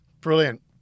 Brilliant